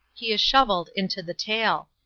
he is shoveled into the tale.